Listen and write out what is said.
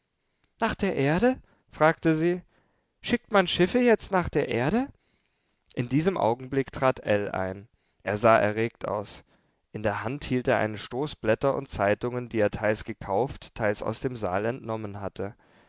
nach der erde fragte sie schickt man schiffe jetzt nach der erde in diesem augenblick trat ell ein er sah erregt aus in der hand hielt er einen stoß blätter und zeitungen die er teils gekauft teils aus dem saal entnommen hatte